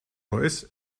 royce